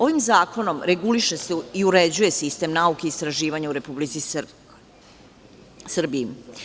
Ovim zakonom reguliše se i uređuje se sistem nauke i istraživanja u Republici Srbiji.